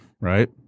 right